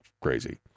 crazy